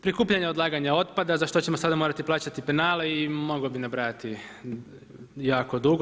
Prikupljanje odlaganja otpada za što ćemo sada morati plaćati penale i mogao bih nabrajati jako dugo.